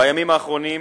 בימים האחרונים